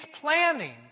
planning